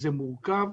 זה מורכב.